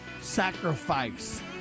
sacrifice